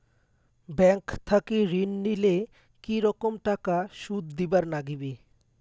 Bank থাকি ঋণ নিলে কি রকম টাকা সুদ দিবার নাগিবে?